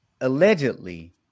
allegedly